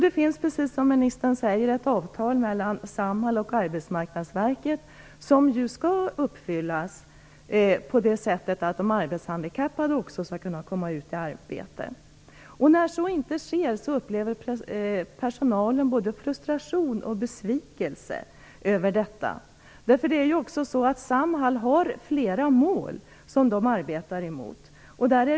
Det finns, precis som ministern säger, ett avtal mellan Samhall och Arbetsmarknadsverket som skall uppfyllas på det sättet att de arbetshandikappade skall kunna komma ut i arbete. När så inte sker upplever personalen både frustration och besvikelse över detta. Samhall har ju flera mål som de arbetar mot.